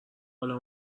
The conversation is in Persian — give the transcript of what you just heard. حالا